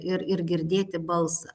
ir ir girdėti balsą